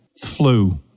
flu